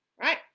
right